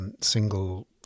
single